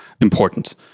important